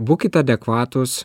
būkit adekvatūs